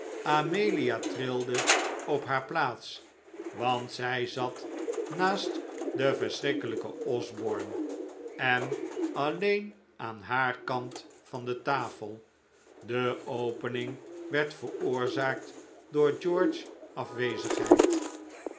amelia trilde op haar plaats want zij zat naast den verschrikkelijken osborne en alleen aan haar kant van de tafel de opening werd veroorzaakt door george's afwezigheid